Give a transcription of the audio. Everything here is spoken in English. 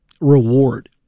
reward